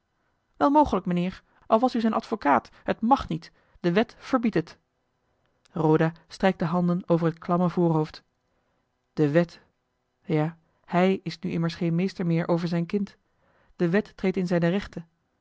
wel mogelijk mijnheer al was u zijn advocaat het mag niet de wet verbiedt het roda strijkt de handen over het klamme voorhoofd de wet ja hij is nu immers geen meester meer over zijn kind de wet treedt in zijne rechten